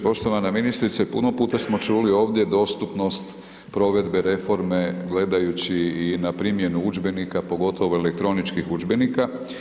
Poštovana ministrice, puno puta smo čuli ovdje dostupnost provedbe reforme gledajući i na primjenu udžbenika, pogotovo elektroničkih udžbenika.